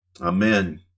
Amen